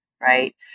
right